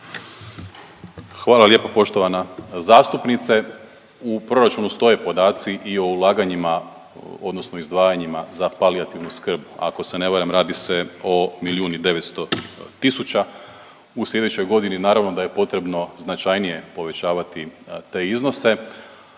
Hvala lijepo poštovana zastupnice. U proračunu stoje podaci i o ulaganjima odnosno izdvajanjima za palijativnu skrb, ako se ne varam radi se o milijun i 900 tisuća, u sljedećoj godini naravno da je potrebno značajnije povećavati te iznose.